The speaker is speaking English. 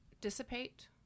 dissipate